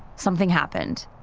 something happened.